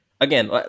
again